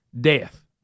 death